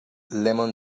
lemon